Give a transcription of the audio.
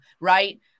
Right